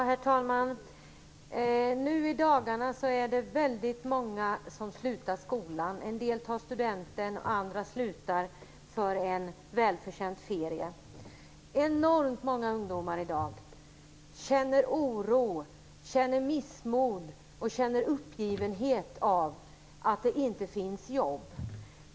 Herr talman! I dagarna är det väldigt många om slutar skolan, en del tar studenten, andra slutar för en välförtjänt ferie. Enormt många ungdomar i dag känner oro, missmod och uppgivenhet av att det inte finns jobb.